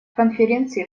конференции